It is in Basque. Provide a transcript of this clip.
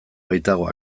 baitago